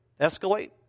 escalate